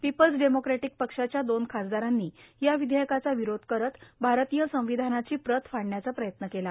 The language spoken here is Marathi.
पीपल्स डेमोक्रेटीक पक्षाच्या दोन खासदारांनी या विधेयकाचा विरोध करत भारतीय संविधानाची प्रत फाडण्याचा प्रयत्न केला